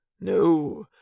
No